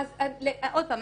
עוד פעם,